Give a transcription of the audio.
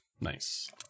Nice